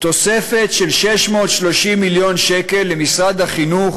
תוספת של 630 מיליון שקל למשרד החינוך